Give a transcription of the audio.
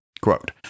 Quote